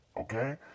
okay